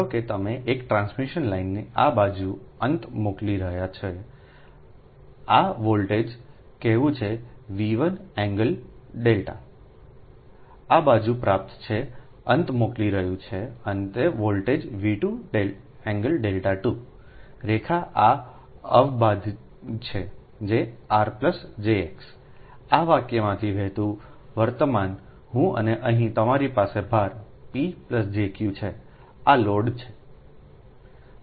ધારો કે તમે એક ટ્રાન્સમિશન લાઇન આ બાજુ અંત મોકલી રહ્યું છે છે આ વોલ્ટેજ કહેવું છેV1∠1 આ બાજુ પ્રાપ્ત છે અંત મોકલી રહ્યું છે અંત વોલ્ટેજV2∠2 રેખા આ અવબાધ છે r jx આ વાક્યમાંથી વહેતું વર્તમાન હુંઅને અહીં તમારી પાસે ભાર P jQ છેઆ લોડ છે